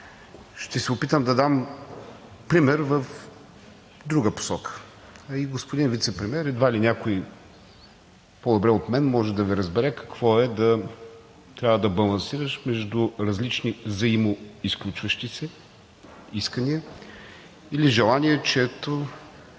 Ще се опитам да дам пример в друга посока. Господин Вицепремиер, едва ли някой по-добре от мен може да Ви разбере – какво е да трябва да балансираш между различни взаимоизключващи се искания или желания, чиято